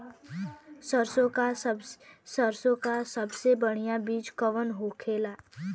सरसों का सबसे बढ़ियां बीज कवन होखेला?